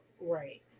Right